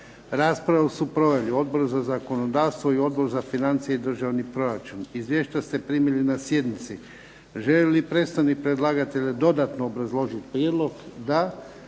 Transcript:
Raspravu su proveli Odbor za zakonodavstvo i Odbor za financije i državni proračun. Izvješća ste primili na sjednici. Želi li predstavnik predlagatelja dodatno obrazložiti prijedlog? Da.